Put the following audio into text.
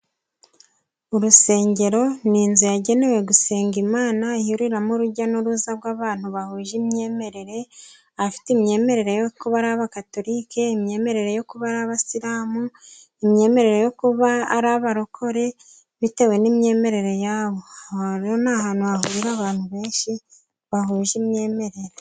Urusengero ni inzu yagenewe gusenga Imana ihuriramo urujya n'uruza rw'abantu bahuje imyemerere, bafite imyemerere yo kuba ari abakatorike, imyemerere yo kuba ari abayisiramu, imyemerere yo kuba ari abarokore. Bitewe n'imyemerere yabo ni ahantu hahurira abantu benshi bahuje imyemerere.